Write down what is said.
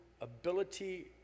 Ability